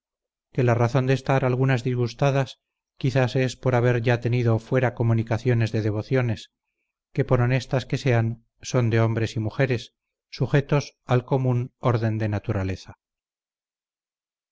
que la razón de estar algunas disgustadas quizás es por haber ya tenido fuera comunicaciones de devociones que por honestas que sean son de hombres y mujeres sujetos al común orden de naturaleza